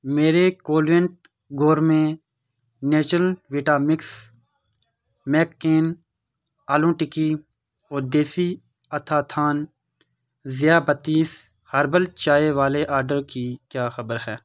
میرے کوالینٹ gourmet natural vitamins McCain aloo tikki اور دیسی اتاتھان ذیابطیس ہربل چائے والے آرڈر کی کیا خبر ہے